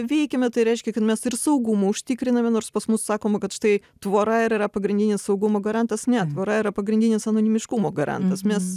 veikiame tai reiškia kad mes ir saugumą užtikriname nors pas mus sakoma kad štai tvora ir yra pagrindinis saugumo garantas ne tvora yra pagrindinis anonimiškumo garantas mes